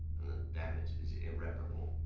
and the damage is irreparable.